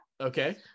Okay